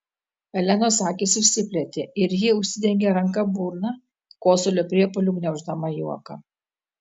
elenos akys išsiplėtė ir ji užsidengė ranka burną kosulio priepuoliu gniauždama juoką